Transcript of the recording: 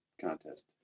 contest